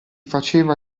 faceva